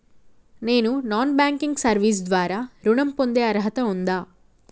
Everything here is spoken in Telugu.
నేను నాన్ బ్యాంకింగ్ సర్వీస్ ద్వారా ఋణం పొందే అర్హత ఉందా?